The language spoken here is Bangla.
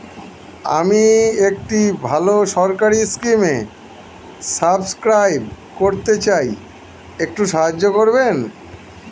আমি একটি ভালো সরকারি স্কিমে সাব্সক্রাইব করতে চাই, একটু সাহায্য করবেন?